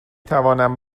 توانم